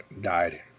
died